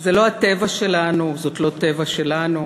זה לא הטבע שלנו, זאת לא "טבע" שלנו.